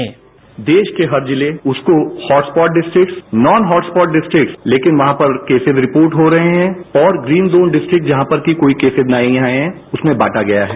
sound bite देश के हर जिले उसको hot spot district non hot spot district लेकिन वहां पर केसिज रिपोर्ट हो रहे हैं और ग्रीन जोन डिस्ट्रिक्ट जहां पर कि कोई केसिज नहीं आए हैं उसमें बांटा गया है